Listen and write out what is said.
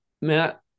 Matt